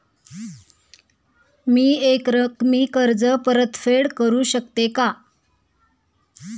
मी एकरकमी कर्ज परतफेड करू शकते का?